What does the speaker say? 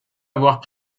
avoir